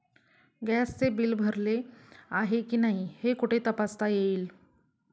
गॅसचे बिल भरले आहे की नाही हे कुठे तपासता येईल?